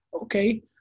okay